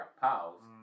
pals